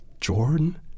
Jordan